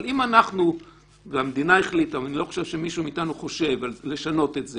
אבל אם המדינה החליטה ואני לא חושב שמישהו מאתנו חושב לשנות את זה